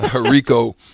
Rico